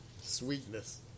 Sweetness